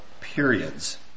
periods